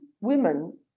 women